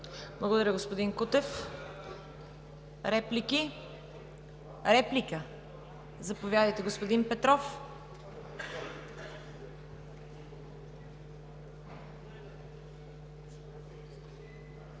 Благодаря, господин Кутев. Реплики? Реплика? Заповядайте, господин Петров.